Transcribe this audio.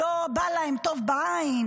הוא לא בא להם טוב בעין,